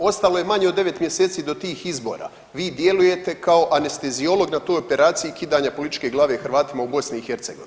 Ostalo je manje od 9 mjeseci do tih izbora, vi djelujete kao anesteziolog na toj operaciji kidanja političke glave Hrvatima u BiH.